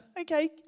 okay